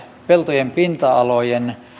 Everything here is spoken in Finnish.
peltojen pinta alojen